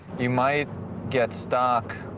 you might get stock